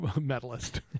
medalist